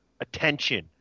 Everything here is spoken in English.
attention